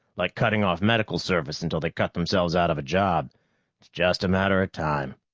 like cutting off medical service until they cut themselves out of a job. it's just a matter of time.